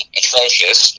atrocious